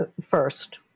first